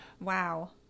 Wow